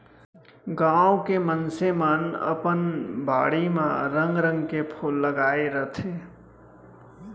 गॉंव के मनसे मन अपन बाड़ी म रंग रंग के फूल लगाय रथें